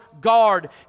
guard